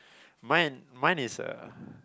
mine mine is uh